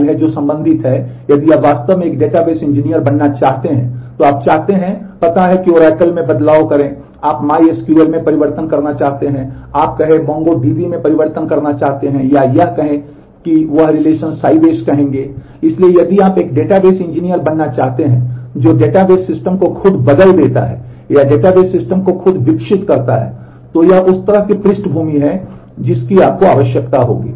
इसलिए यदि आप एक डेटाबेस इंजीनियर बनना चाहते हैं जो डेटाबेस सिस्टम को खुद बदल देता है या डेटाबेस सिस्टम को खुद विकसित करता है तो यह उस तरह की पृष्ठभूमि है जिसकी आपको आवश्यकता होगी